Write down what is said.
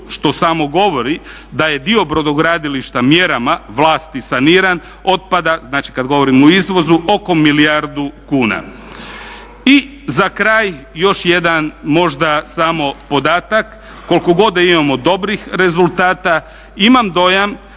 što samo govori da je dio brodogradilišta mjerama vlasti saniran otpada, znači kad govorim o izvozu oko milijardu kuna. I za kraj još jedan možda samo podatak. Koliko god da imamo dobrih rezultata imam dojam